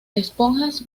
esponjas